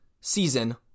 season